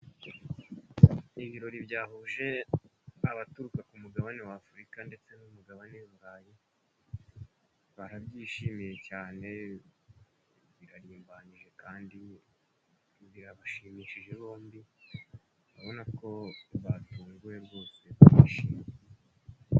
Ibirori byahuje abaturuka ku mugabane wa Afurika ndetse n'umugabane'Iburayi. Barabyishimiye cyane, birarimbanyije kandi birabashimishije bombi, urabona ko batunguwe rwose bashi...